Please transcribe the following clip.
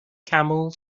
camels